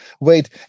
wait